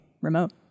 remote